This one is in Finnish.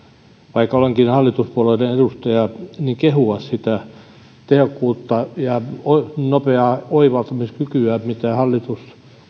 vaikka olenkin hallituspuolueen edustaja kehua sitä tehokkuutta ja nopeaa oivaltamiskykyä kun hallitus